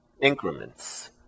increments